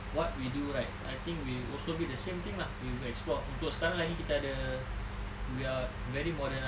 what we do right I think we also be the same thing lah we will explore untuk sekarang lagi kita ada we are very modernize